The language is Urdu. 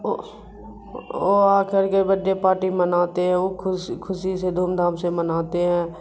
وہ آ کر کے بڈڈے پارٹی مناتے ہیں وہ خوشی سے دھوم دھام سے مناتے ہیں